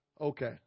okay